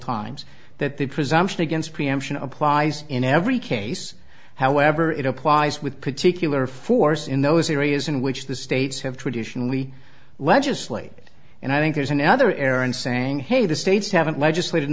times that the presumption against preemption applies in every case however it applies with particular force in those areas in which the states have traditionally legislated and i think there's another error and saying hey the states haven't legislate in